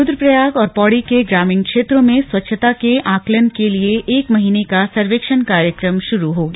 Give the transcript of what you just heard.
रूद्रप्रयाग और पौड़ी के ग्रामीण क्षेत्रों में स्वच्छता के आकलन के लिए एक महीने का सर्वेक्षण कार्यक्रम शुरू हो गया